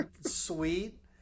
sweet